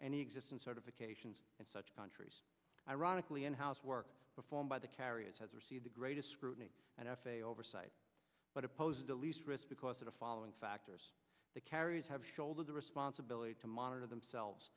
any existence certifications and such countries ironically and housework performed by the carriers has received the greatest scrutiny and f a a oversight but opposed the least risk because of the following factors the carriers have shouldered the responsibility to monitor themselves